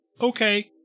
Okay